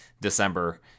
December